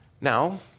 Now